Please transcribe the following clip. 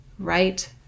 Right